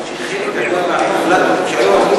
שאלה מנומסת: האם הוועדה תבדוק את העובדה שחלק גדול